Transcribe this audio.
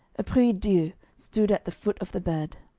a prie-dieu stood at the foot of the bed